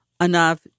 enough